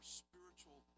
spiritual